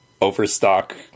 Overstock